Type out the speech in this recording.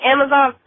Amazon